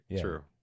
True